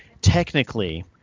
technically